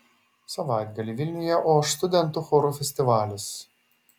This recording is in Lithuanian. savaitgalį vilniuje oš studentų chorų festivalis